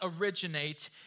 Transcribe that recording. originate